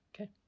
Okay